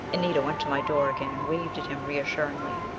anita went to my door again and waved at him reassuringly.